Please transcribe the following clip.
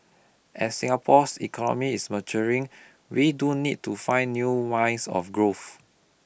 as Singapore's economy is maturing we do need to find new lines of growth